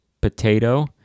potato